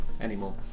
anymore